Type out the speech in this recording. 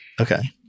Okay